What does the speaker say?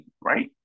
right